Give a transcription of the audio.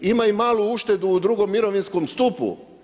Ima i malu uštedu u drugom mirovinskom stupu.